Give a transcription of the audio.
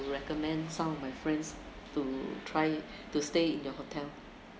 recommend some of my friends to try to stay in your hotel